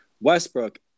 Westbrook